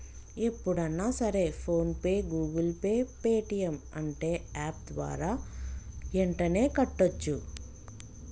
ఎప్పుడన్నా సరే PhonePe Google pay Paytm అంటే యాప్ ద్వారా యెంటనే కట్టోచ్చు